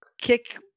kick